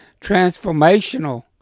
Transformational